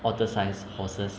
otter size horses